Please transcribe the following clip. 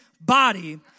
body